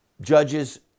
judges